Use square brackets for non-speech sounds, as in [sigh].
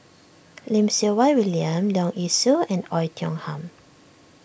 [noise] Lim Siew Wai William Leong Yee Soo and Oei Tiong Ham